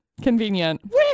convenient